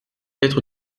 être